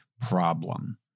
problem